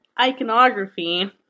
iconography